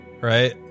right